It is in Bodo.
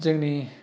जोंनि